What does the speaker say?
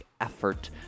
effort